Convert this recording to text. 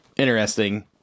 Interesting